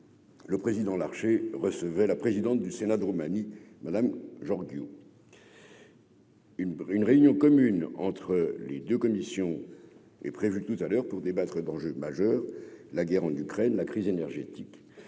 le président Larché recevait la présidente du Sénat, de Roumanie, madame Jean duo. Une brune réunion commune entre les 2 commissions est prévue tout à l'heure pour débattre d'enjeux majeurs : la guerre en Ukraine la crise énergétique,